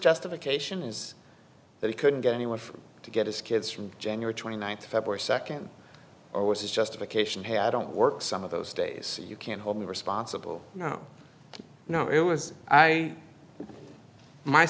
justification is that he couldn't get anyone to get his kids from january twenty ninth february second or was his justification had don't work some of those days you can't hold me responsible you know it was i my